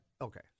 Okay